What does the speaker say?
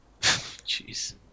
jeez